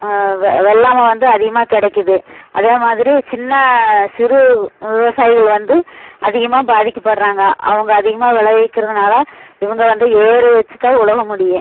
வெள்ளாமை வந்து அதிகமாக கிடைக்கிது அதே மாதிரி சின்ன சின்ன சிறு விவசாயிகள் வந்து அதிகமாக பாதிக்கப்பட்றாங்க அவங்க அதிகமாக விளைவிக்கிறதுனால இவங்க வந்து ஏரு வச்சுதான் உழுக முடியும்